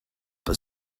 but